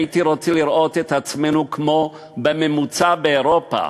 הייתי רוצה לראות את עצמנו כמו בממוצע באירופה,